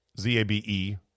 Z-A-B-E